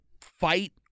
fight